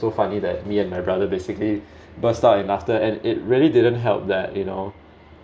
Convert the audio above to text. so funny that me and my brother basically burst out in laughter and it really didn't help that you know